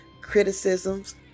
criticisms